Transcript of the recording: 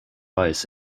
ice